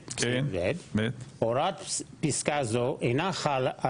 (הישיבה נפסקה בשעה 12:44 ונתחדשה בשעה